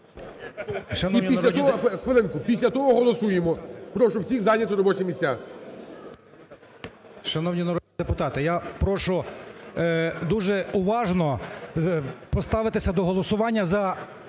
Після того голосуємо. Прошу всіх зайти робочі місця.